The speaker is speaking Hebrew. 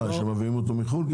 מה, כשמביאים אותו מחו"ל?